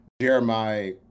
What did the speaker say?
Jeremiah